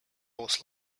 was